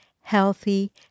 healthy